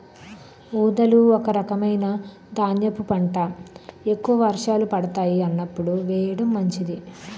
ఊదలు ఒక రకమైన ధాన్యపు పంట, ఎక్కువ వర్షాలు పడతాయి అన్నప్పుడు వేయడం మంచిది